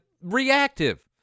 reactive